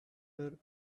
her